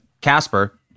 Casper